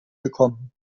bekommen